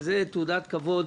שיפור התנאים הוא תעודת כבוד